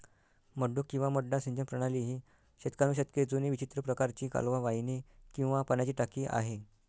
मड्डू किंवा मड्डा सिंचन प्रणाली ही शतकानुशतके जुनी विचित्र प्रकारची कालवा वाहिनी किंवा पाण्याची टाकी आहे